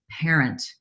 parent